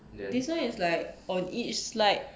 this one is like on each slide